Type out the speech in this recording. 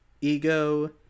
Ego